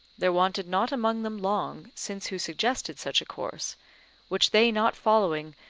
there wanted not among them long since who suggested such a course which they not following,